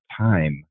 time